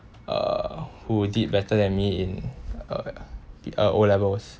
uh who did better than me in uh O levels